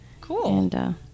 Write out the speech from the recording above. Cool